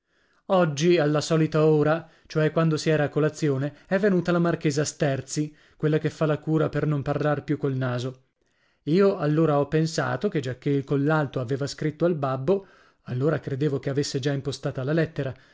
oggi alla solita ora cioè quando si era a colazione è venuta la marchesa sterzi quella che fa la cura per non parlar più col naso io allora ho pensato che giacché il collalto aveva scritto al